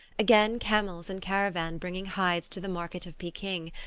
again camels in caravan bringing hides to the markets of peking,